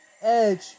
Edge